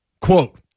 Quote